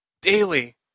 Daily